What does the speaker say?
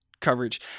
coverage